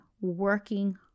working